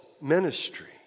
ministry